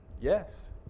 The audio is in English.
Yes